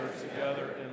together